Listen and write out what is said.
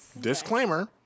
disclaimer